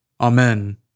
Amen